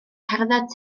cerdded